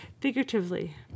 figuratively